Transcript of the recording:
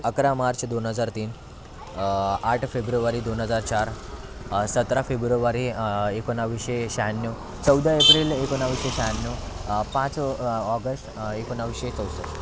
अकरा मार्च दोन हजार तीन आठ फेब्रुवारी दोन हजार चार सतरा फेब्रुवरी एकोणावीसशे शहाण्णव चौदा एप्रिल एकोणावीसशे शहाण्णव पाच ऑगस्ट एकोणावीसशे चौसष्ट